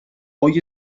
hoy